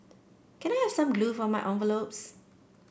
can I have some glue for my envelopes